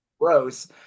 gross